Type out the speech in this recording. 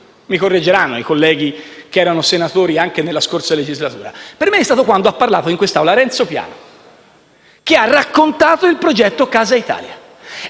Mi correggeranno i colleghi che erano senatori anche nella scorsa legislatura: per me è stato quando ha parlato in quest'Aula Renzo Piano, che ha raccontato il progetto Casa Italia